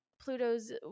Pluto's